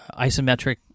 isometric